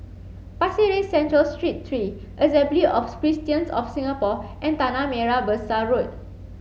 Pasir Ris Central Street three Assembly of Christians of Singapore and Tanah Merah Besar Road